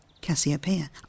Cassiopeia